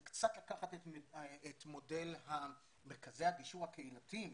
זה קצת לקחת את מודל מרכזי הגישור הקהילתיים,